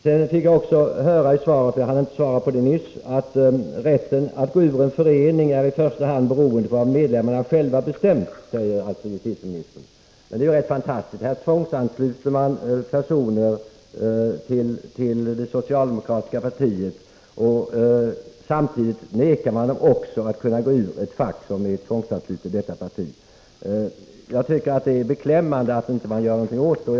Det sägs också i svaret — vilket jag inte hann kommentera nyss: ”Rätten att gå ut ur en förening är i första hand beroende av vad medlemmarna själva har bestämt”. Detta är rätt fantastiskt. Här tvångsansluter man personer till det socialdemokratiska partiet, och samtidigt förvägrar man dem att gå ur ett fackförbund som är tvångsanslutet till detta parti. Jag tycker att det är beklämmande att det inte görs något åt detta.